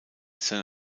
san